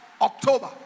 October